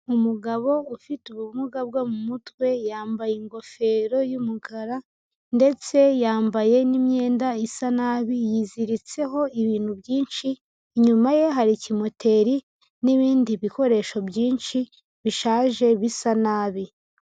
Umugabo ufite ubumuga bwo mu mutwe yambaye ingofero y'umukara ndetse yambaye nimyenda isa nabi yiziritseho ibintu byinshi, inyuma ye hari ikimoteri n'ibindi bikoresho byinshi bishaje bisa nabi.